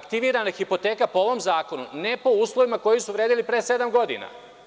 aktivirana je hipoteka po ovom zakonu, a ne po uslovima koji su vredeli pre sedam godina.